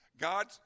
God